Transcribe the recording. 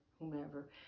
whomever